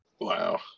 wow